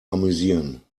amüsieren